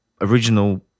original